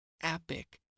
epic